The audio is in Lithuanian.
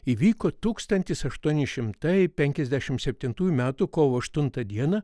įvyko tūkstantis aštuoni šimtai penkiasdešimt septintųjų metų kovo aštuntą dieną